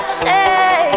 say